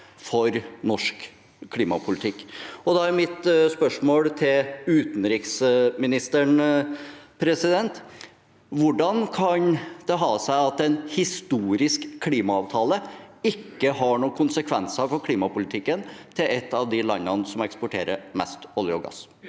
for norsk klimapolitikk. Da er mitt spørsmål til utenriksministeren: Hvordan kan det ha seg at en historisk klimaavtale ikke har noen konsekvenser for klimapolitikken til et av de landene som eksporterer mest olje og gass?